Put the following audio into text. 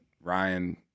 Ryan